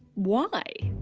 why?